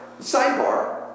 sidebar